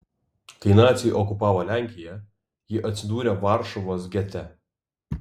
kai naciai okupavo lenkiją ji atsidūrė varšuvos gete